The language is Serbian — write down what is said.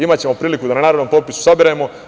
Imaćemo priliku da na narednom popisu saberemo.